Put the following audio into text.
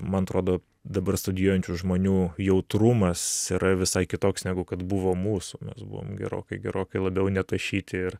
man atrodo dabar studijuojančių žmonių jautrumas yra visai kitoks negu kad buvo mūsų mes buvom gerokai gerokai labiau netašyti ir